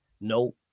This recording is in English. No